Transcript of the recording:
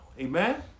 Amen